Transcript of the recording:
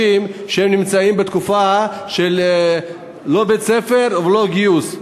חודשים וחצי שהם נמצאים בתקופה של לא בית-ספר ולא גיוס.